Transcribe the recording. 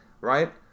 right